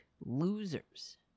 losers